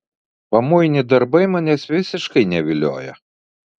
pamoini darbai manęs visiškai nevilioja